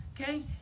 Okay